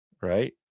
right